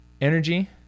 energy